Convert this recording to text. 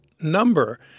number